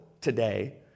today